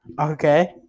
Okay